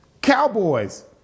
cowboys